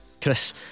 Chris